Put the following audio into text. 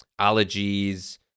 allergies